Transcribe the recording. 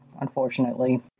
unfortunately